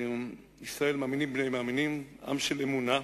ישראל מאמינים בני מאמינים, עם של אמונה.